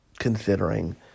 considering